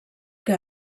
que